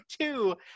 two